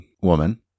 woman